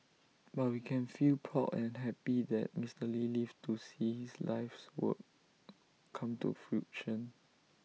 but we can feel proud and happy that Mister lee lived to see his life's work come to fruition